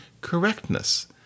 correctness